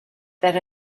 that